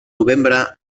novembre